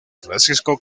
francisco